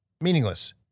meaningless